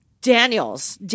Daniels